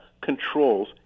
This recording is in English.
controls